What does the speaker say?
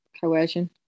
coercion